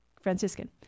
Franciscan